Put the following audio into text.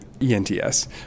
ENTS